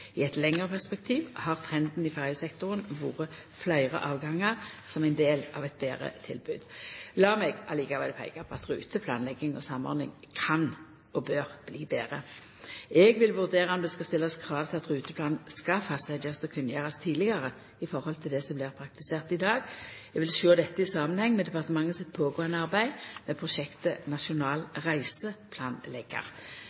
I eit lengre perspektiv har trenden i ferjesektoren vore fleire avgangar, som ein del av eit betre tilbod. Lat meg likevel peika på at ruteplanlegginga og samordninga kan og bør bli betre. Eg vil vurdera om det skal stillast krav til at ruteplan skal fastsetjast og kunngjerast tidlegare i høve til det som blir praktisert i dag. Eg vil sjå dette i samanheng med departementet sitt pågåande arbeid med ein nasjonal reiseplanleggjar. Prosjektet